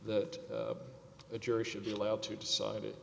that the jury should be allowed to decide